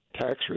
tax